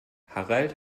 harald